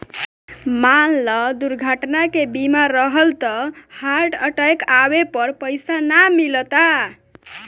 मान ल दुर्घटना के बीमा रहल त हार्ट अटैक आवे पर पइसा ना मिलता